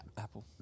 Apple